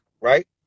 right